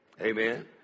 Amen